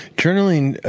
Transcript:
journaling,